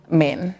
men